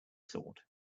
sort